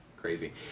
crazy